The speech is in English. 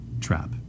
trap